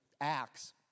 Acts